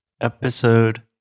episode